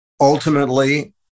Ultimately